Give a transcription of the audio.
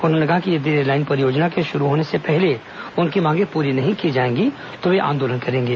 उन्होंने कहा कि यदि रेललाइन परियोजना के शुरू होने से पहले उनकी मांगे पूरी नहीं की जाएंगी तो वे आंदोलन करेंगे